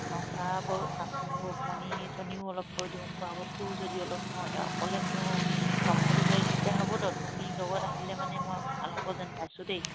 নচাব কাপোৰ মনি চনিও অলপ থৈ দিওঁ খোৱা বস্তুও যদি অলপ থওঁ অকলে মই চম্ভালিবলৈ দিগদাৰ হ'বতো তুমি লগত আহিলে মানে মই ভাল হ'ব যেন পাইছোঁ দেই